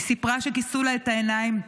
היא סיפרה שכיסו לה את העיניים,